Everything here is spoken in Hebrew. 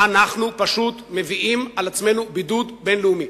אנחנו פשוט מביאים על עצמנו בידוד בין-לאומי.